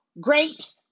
grapes